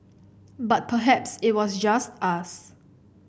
but perhaps it was just us